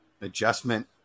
Adjustment